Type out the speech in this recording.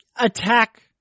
attack